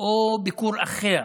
או ביקור אחר.